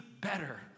better